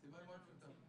מסיבה מאוד פשוטה.